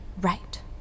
right